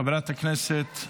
חברת הכנסת,